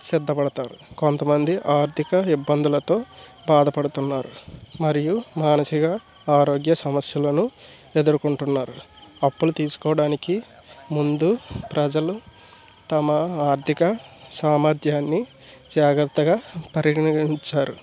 సిద్ధపడతారు కొంతమంది ఆర్థిక ఇబ్బందులతో బాధపడుతున్నారు మరియు మానసిక ఆరోగ్య సమస్యలను ఎదుర్కొంటున్నారు అప్పులు తీసుకోవడానికి ముందు ప్రజలు తమ ఆర్థిక సామర్థ్యాన్ని జాగ్రత్తగా పరిగణించారు